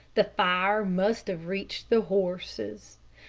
the fire must have reached the horses.